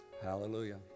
Hallelujah